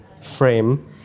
frame